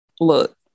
Look